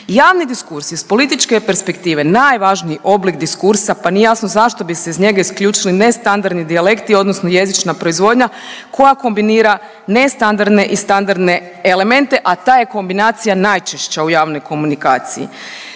Javni diskurs je s političke perspektive najvažniji oblik diskursa pa nije jasno zašto bi se iz njega isključili nestandardni dijalekti odnosno jezična proizvodnja koja kombinira nestandardne i standardne elemente, a ta je kombinacija najčešća u javnoj komunikaciji.